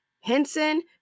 Henson